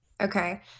Okay